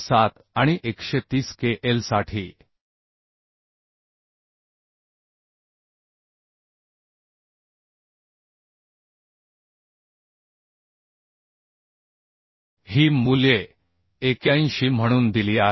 7 आणि 130 K L साठी ही मूल्ये 81 म्हणून दिली आहेत